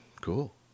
Cool